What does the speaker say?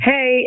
Hey